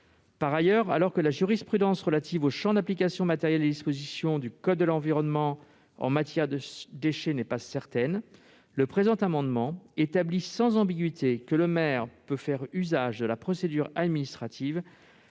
Par ailleurs, alors que la jurisprudence relative au champ d'application matériel des dispositions du code de l'environnement en matière de déchets n'est pas certaine, le présent amendement tend à établir, sans ambiguïté, que le maire peut faire usage de la procédure administrative